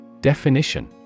Definition